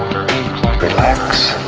relax,